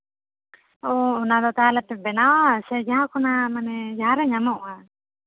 ᱚ ᱚᱱᱟ ᱠᱚ ᱛᱟᱦᱞᱮ ᱯᱮ ᱵᱮᱱᱟᱣᱟ ᱥᱮ ᱡᱟᱦᱟᱸ ᱠᱷᱚᱱᱟᱜ ᱢᱟᱱᱮ ᱡᱟᱦᱟᱸ ᱨᱮ ᱧᱟᱢᱚᱜ